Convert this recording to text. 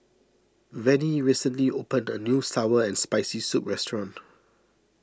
Vennie recently opened a new Sour and Spicy Soup restaurant